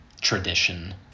tradition